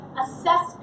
assess